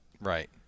right